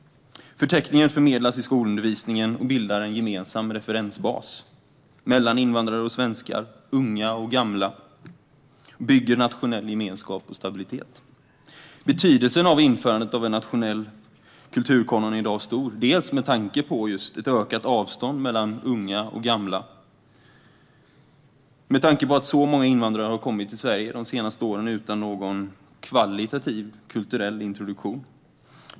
Förteckningen förmedlas i skolundervisningen och bildar en gemensam referensbas mellan invandrare och svenskar, unga och gamla och bygger nationell gemenskap och stabilitet. Betydelsen av införandet av en nationell kulturkanon är i dag stor, dels med tanke på ett ökat avstånd mellan unga och gamla, dels mot bakgrund av att så många invandrare har kommit till Sverige de senaste åren utan någon kvalitativ kulturell introduktion.